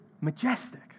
majestic